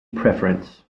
preference